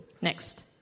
next